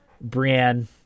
Brienne